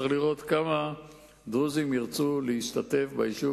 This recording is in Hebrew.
צריך לראות כמה דרוזים ירצו להשתתף ביישוב